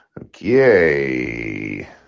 Okay